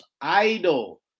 idol